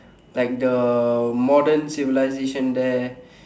like the modern civilization there